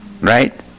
right